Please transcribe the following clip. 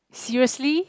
seriously